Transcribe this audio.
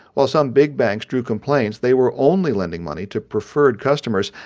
while some big banks drew complaints they were only lending money to preferred customers,